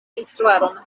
instruadon